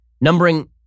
numbering